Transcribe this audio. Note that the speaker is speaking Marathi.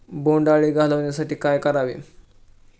बोंडअळी घालवण्यासाठी काय करावे?